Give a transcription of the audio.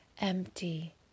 empty